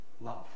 love